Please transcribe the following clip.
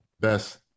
best